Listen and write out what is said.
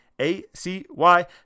A-C-Y